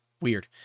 Weird